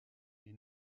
est